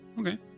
Okay